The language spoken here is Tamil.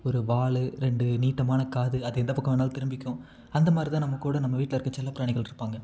ஒரு வாலு ரெண்டு நீட்டமான காது அது எந்த பக்கம் வேணாலும் திரும்பிக்கும் அந்தமாதிரி தான் நம்ம கூட நம்ம வீட்டில் இருக்கற செல்ல பிராணிகள்ருப்பாங்க